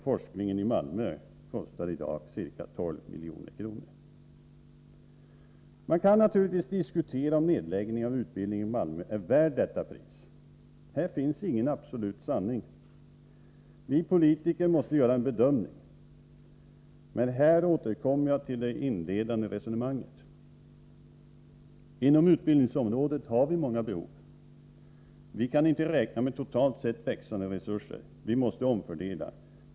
Forskningen i Malmö kostar i dag ca 12 milj.kr. Man kan naturligtvis diskutera om en nedläggning av utbildningen i Malmö är värd detta pris. Här finns det ingen absolut sanning. Vi politiker måste göra en bedömning. Men jag återkommer här till det inledande resonemanget: Inom utbildningsområdet har vi många behov. Vi kan inte räkna med totalt sett växande resurser, utan vi måste omfördela.